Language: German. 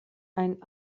ein